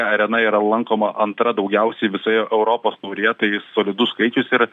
arena yra lankoma antra daugiausiai visoje europos taurėje tai solidus skaičius ir